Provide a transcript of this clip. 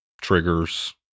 triggers